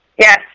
yes